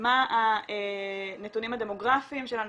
מה הנתונים הדמוגרפיים של אנשים,